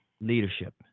leadership